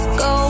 go